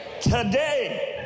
today